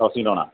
housing ലോണാണ്